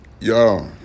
yo